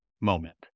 moment